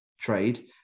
trade